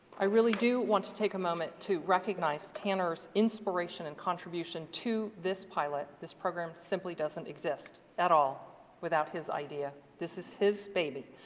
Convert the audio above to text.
i really do want to take a moment to recognize tanner's inspiration and contribution to this pilot. this program simply doesn't exist at all without his idea. this is his baby.